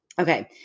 Okay